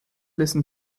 listen